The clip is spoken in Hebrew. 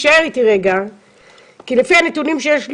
לפי הנתונים שיש לי,